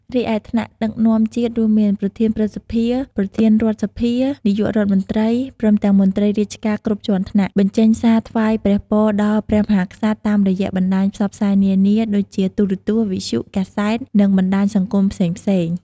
រីឯ ថ្នាក់ដឹកនាំជាតិរួមមាន ប្រធានព្រឹទ្ធសភា ប្រធានរដ្ឋសភា នាយករដ្ឋមន្ត្រី ព្រមទាំងមន្ត្រីរាជការគ្រប់ជាន់ថ្នាក់ បញ្ចេញសារថ្វាយព្រះពរដល់ព្រះមហាក្សត្រតាមរយៈបណ្តាញផ្សព្វផ្សាយនានាដូចជា ទូរទស្សន៍ វិទ្យុ កាសែត និងបណ្តាញសង្គមផ្សេងៗ។